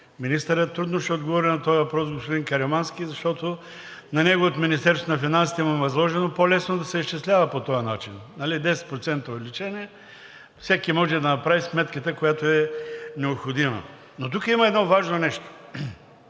Министърът трудно ще отговори на този въпрос, господин Каримански, защото на него от Министерството на финансите му е възложено – по-лесно да се изчислява. По този начин – с 10% увеличение, всеки може да направи сметката, която е необходима. Тук има едно важно нещо